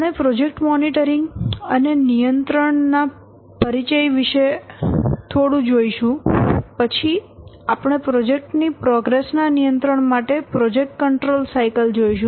આપણે project monitoring અને નિયંત્રણ ના પરિચય વિશે થોડું જોઈશું પછી આપણે પ્રોજેક્ટ ની પ્રોગ્રેસ ના નિયંત્રણ માટે પ્રોજેક્ટ કંટ્રોલ સાયકલ જોઈશું